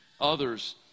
others